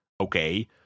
okay